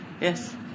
Yes